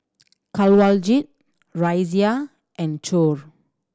Kanwaljit Razia and Choor